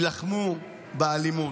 ילחמו באלימות,